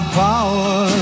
power